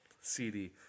CD